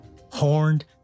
horned